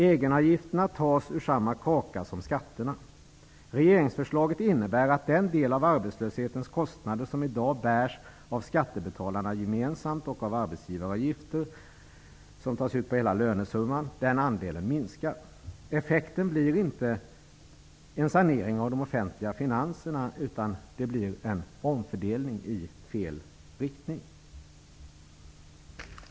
Egenavgifterna tas ur samma kaka som skatterna. Regeringsförslaget innebär att den del av arbetslöshetens kostnader som i dag bärs av skattebetalarna gemensamt, och med arbetsgivaravgifter som tas ut på hela lönesumman, minskar. Effekten blir inte en sanering av de offentliga finanserna, utan det blir en omfördelning i fel riktning.